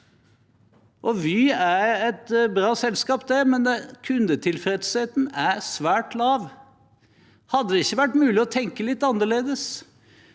Vy er et bra selskap, det, men kundetilfredsheten er svært lav. Hadde det ikke vært mulig å tenke litt annerledes?